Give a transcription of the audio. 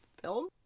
film